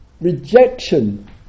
rejection